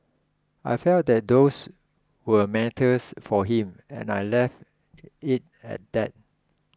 I felt that those were matters for him and I left it at that